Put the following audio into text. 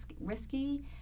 risky